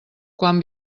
quan